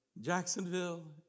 Jacksonville